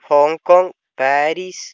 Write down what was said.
Hong Kong Paris